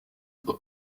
uba